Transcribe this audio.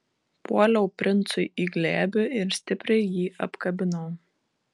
puoliau princui į glėbį ir stipriai jį apkabinau